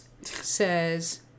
says